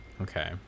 okay